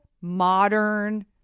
modern